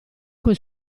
coi